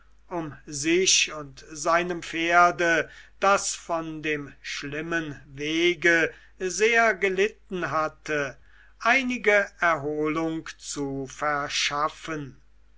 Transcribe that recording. um sich und seinem pferde das von dem schlimmen wege sehr gelitten hatte einige erholung zu verschaffen